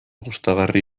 gustagarri